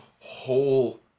whole